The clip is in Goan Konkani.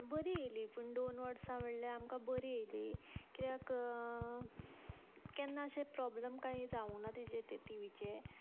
बरी येली पूण दोन वर्सां म्हणल्यार आमकां बरी येली कित्याक केन्ना अशें प्रोबल्म कांय जावूं ना तिचे ते टिवीचें